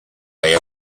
way